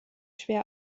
schwer